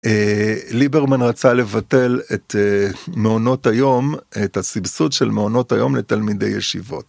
ליברמן רצה לבטל את מעונות היום את הסבסוד של מעונות היום לתלמידי ישיבות.